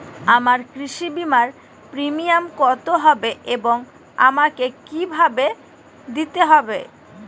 আমার কৃষি বিমার প্রিমিয়াম কত হবে এবং আমাকে কি ভাবে দিতে হবে?